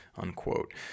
unquote